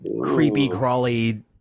creepy-crawly